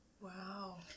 Wow